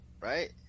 right